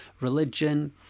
religion